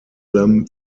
them